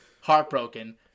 heartbroken